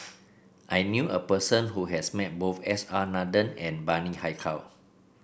I knew a person who has met both S R Nathan and Bani Haykal